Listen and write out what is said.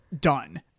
done